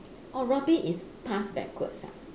oh rugby is pass backwards ah